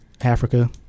Africa